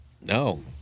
No